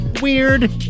Weird